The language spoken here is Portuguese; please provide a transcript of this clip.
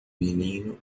menino